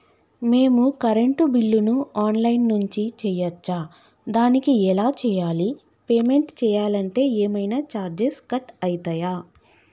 మేము కరెంటు బిల్లును online నుంచి చేయచ్చా? దానికి ఎలా చేయాలి? పేమెంట్ చేయాలంటే ఏమైనా చార్జెస్ కట్ అయితయా?